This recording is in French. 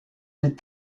les